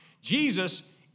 Jesus